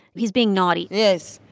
he's being naughty yes.